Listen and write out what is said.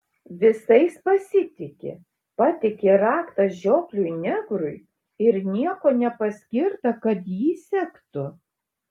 visais pasitiki patiki raktą žiopliui negrui ir nieko nepaskirta kad jį sektų